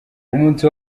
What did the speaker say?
umunsi